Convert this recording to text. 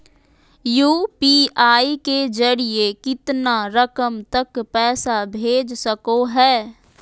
UPI के जरिए कितना रकम तक पैसा भेज सको है?